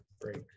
break